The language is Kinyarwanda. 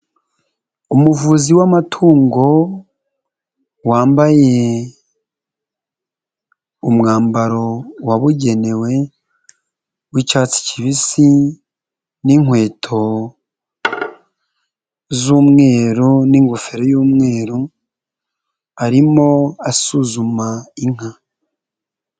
Umuvuzi w'amatungo wambaye umwambaro wabugenewe w'icyatsi kibisi n'inkweto z'umweru n'igofero y'umweru arimo asuzuma inka.